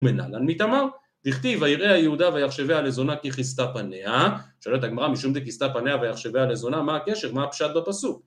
מנהלן מתאמר, תכתיב עירי היהודה ויחשבי הלזונה ככסתה פניה שאלה תגמרה משום די כסתה פניה ויחשבי הלזונה מה הקשר מה הפשט בפסוק